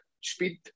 Speed